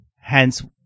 hence